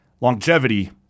longevity